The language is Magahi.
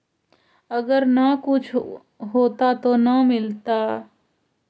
अगर न कुछ होता तो न मिलता?